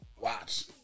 Watch